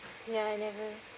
ya I never